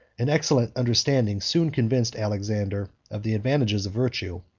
an excellent understanding soon convinced alexander of the advantages of virtue,